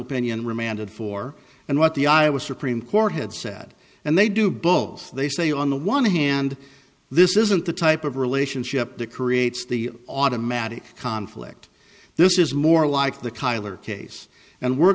pinion remanded for and what the iowa supreme court had said and they do both they say on the one hand this isn't the type of relationship that creates the automatic conflict this is more like the kyler case and we're